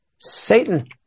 Satan